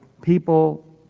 People